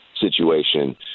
situation